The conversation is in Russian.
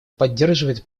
поддерживает